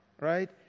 right